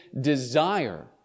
desire